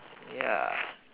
ya